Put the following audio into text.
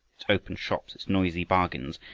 its open shops, its noisy bargains,